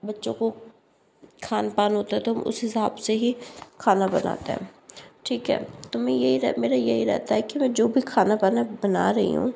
बच्चों को खानपान होता है तो उसी हिसाब से ही खाना बनाते है ठीक है तो मेरा यही रहता है मैं जो भी खाना बना रही हूँ